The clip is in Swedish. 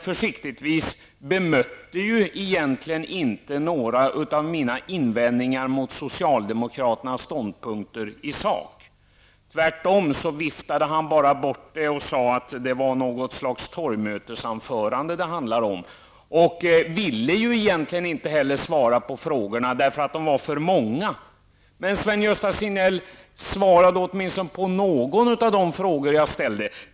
Försiktigtvis bemötte Sven-Gösta Signell inte några av våra invändningar mot socialdemokraternas ståndpunkter i sak. Tvärtom viftade han bara bort det och sade att det handlade om någon sorts torgmötesanförande och ville egentligen inte svara på frågorna därför att de var för många. Men svara då åtminstone på någon av de frågor jag ställde.